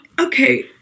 okay